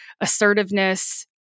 assertiveness